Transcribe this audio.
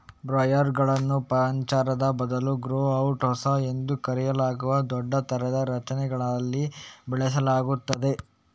ಬ್ರಾಯ್ಲರುಗಳನ್ನು ಪಂಜರದ ಬದಲು grow out house ಎಂದು ಕರೆಯಲಾಗುವ ದೊಡ್ಡ ತೆರೆದ ರಚನೆಗಳಲ್ಲಿ ಬೆಳೆಸಲಾಗುತ್ತದೆ